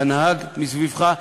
בנהג מסביבך.